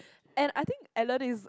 and I think Ellen is